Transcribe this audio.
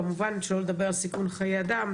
כמובן שלא לדבר על סיכון חיי אדם,